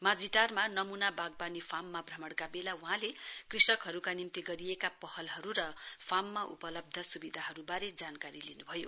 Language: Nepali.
माझीटारमा नमुना बागवाणी फार्ममा भ्रमणका बेला वहाँले कृषकहरूका निम्ति गरिएका पहलहरू र फार्ममा उपलब्ध सुविधाहरूबारे जानकारी लिनु भयो